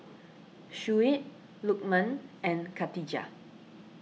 Shuib Lukman and Khatijah